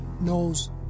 knows